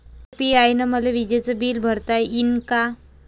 UPI न मले विजेचं बिल भरता यीन का?